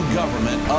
government